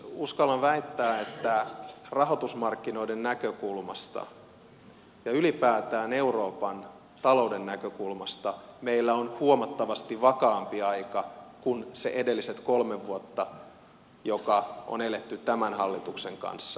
uskallan väittää että rahoitusmarkkinoiden näkökulmasta ja ylipäätään euroopan talouden näkökulmasta meillä on huomattavasti vakaampi aika kuin se edelliset kolme vuotta joka on eletty tämän hallituksen kanssa